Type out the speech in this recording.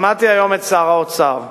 שמעתי היום את שר האוצר.